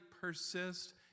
persist